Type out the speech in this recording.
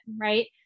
right